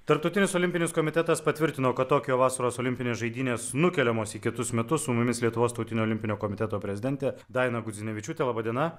tarptautinis olimpinis komitetas patvirtino kad tokijo vasaros olimpinės žaidynės nukeliamos į kitus metus su mumis lietuvos tautinio olimpinio komiteto prezidentė daina gudzinevičiūtė laba diena